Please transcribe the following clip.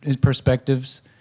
perspectives